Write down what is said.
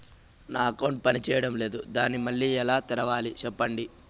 నా అకౌంట్ పనిచేయడం లేదు, దాన్ని మళ్ళీ ఎలా తెరవాలి? సెప్పండి